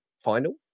final